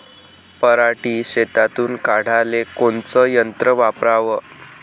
पराटी शेतातुन काढाले कोनचं यंत्र वापराव?